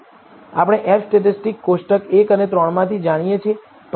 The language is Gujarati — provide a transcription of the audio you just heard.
આપણે F સ્ટેટિસ્ટિકકોષ્ટક 1 અને 3 માંથી જાણીએ છીએ